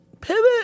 pivot